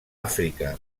àfrica